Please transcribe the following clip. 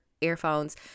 earphones